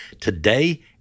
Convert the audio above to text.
Today